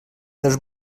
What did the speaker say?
dels